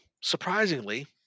surprisingly